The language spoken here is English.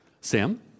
Sam